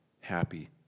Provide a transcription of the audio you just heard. happy